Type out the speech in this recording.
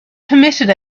permitted